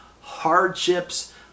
hardships